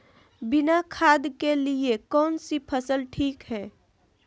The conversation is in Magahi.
बिना खाद के लिए कौन सी फसल ठीक है?